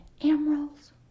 emeralds